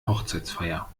hochzeitsfeier